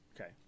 Okay